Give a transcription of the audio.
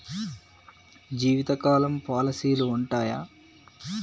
జీవితకాలం పాలసీలు ఉంటయా?